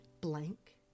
blank